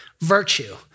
virtue